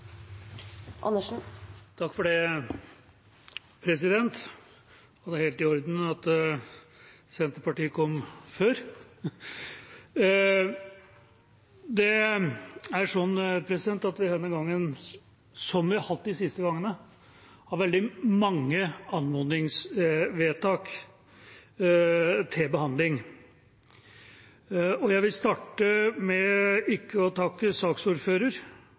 i orden at Senterpartiet fikk ordet før meg. Det er sånn at vi denne gangen, som vi har hatt de siste gangene, har veldig mange anmodningsvedtak til behandling. Jeg vil starte med – ikke å takke